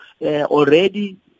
already